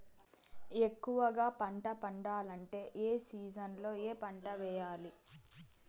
ఎక్కువగా పంట పండాలంటే ఏ సీజన్లలో ఏ పంట వేయాలి